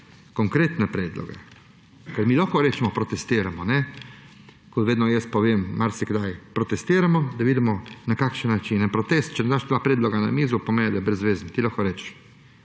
konkretne predloge, ker mi lahko rečemo protestiramo, ko vedno jaz povem, marsikdaj protestiramo, da vidimo, na kakšen način je protest, če ne daš dveh predlogov na mizo, pomeni, da je brez veze. Ti lahko rečeš,